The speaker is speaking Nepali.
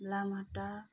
लामाहट्टा